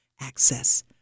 access